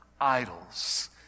idols